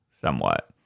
somewhat